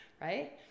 right